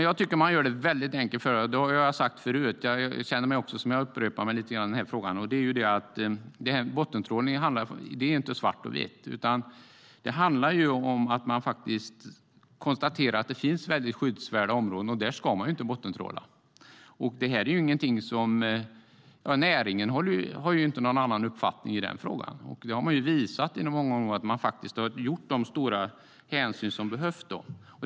Jag tycker att man gör det väldigt enkelt för sig - jag har sagt det förut. Det känns som om jag upprepar mig lite grann i den här frågan. Bottentrålning är inte svart eller vitt, utan det handlar om att man har konstaterat att det finns skyddsvärda områden där man inte ska bottentråla. Näringen har ingen annan uppfattning i frågan. Man har visat i många områden att man har tagit de hänsyn som behövts.